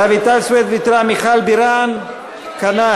רויטל סויד ויתרה, מיכל בירן כנ"ל.